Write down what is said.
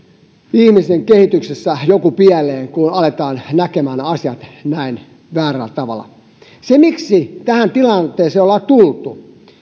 ihmisen kehityksessä jotain pieleen kun aletaan näkemään asiat näin väärällä tavalla miksi tähän tilanteeseen ollaan tultu